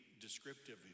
descriptive